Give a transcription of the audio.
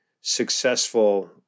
successful